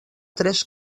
tres